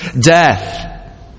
death